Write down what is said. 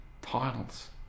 titles